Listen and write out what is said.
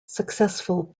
successful